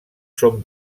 són